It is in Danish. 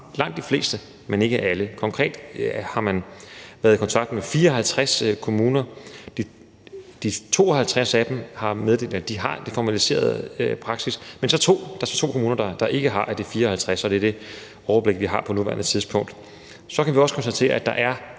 langt de fleste, men ikke alle. Konkret har man været i kontakt med 54 kommuner, og de 52 af dem har meddelt, at de har en formaliseret praksis, mens der så er 2 ud af de 54 kommuner, der ikke har det. Og det er det overblik, vi har på nuværende tidspunkt. Kl. 16:44 Så kan vi også konstatere, at der er